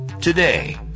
today